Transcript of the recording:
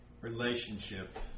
relationship